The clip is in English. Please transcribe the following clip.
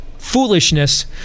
foolishness